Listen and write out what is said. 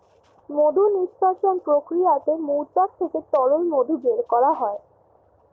মধু নিষ্কাশণ প্রক্রিয়াতে মৌচাক থেকে তরল মধু বের করা হয়